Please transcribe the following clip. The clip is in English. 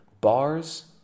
Bars